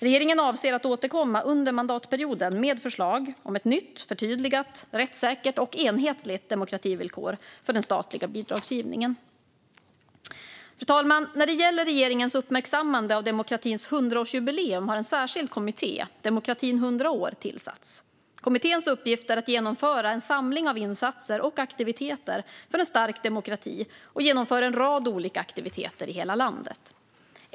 Regeringen avser att återkomma under mandatperioden med förslag om ett nytt förtydligat, rättssäkert och enhetligt demokrativillkor för den statliga bidragsgivningen. Fru talman! När det gäller regeringens uppmärksammande av demokratins 100-årsjubileum har en särskild kommitté, Demokratin 100 år, tillsatts. Kommitténs uppgift är att genomföra en samling av insatser och aktiviteter för en stark demokrati och genomföra en rad olika aktiviteter i hela landet.